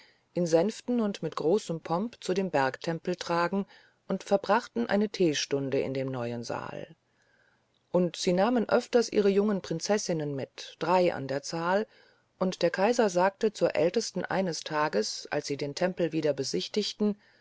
in sänften und mit großem pomp zu dem bergtempel tragen und verbrachten eine teestunde in dem neuen saal und sie nahmen öfters ihre jungen prinzessinnen mit drei an der zahl und der kaiser sagte zur ältesten eines tages als sie den tempel wieder besichtigten